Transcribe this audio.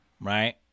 Right